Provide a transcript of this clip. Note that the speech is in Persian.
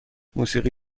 موسیقی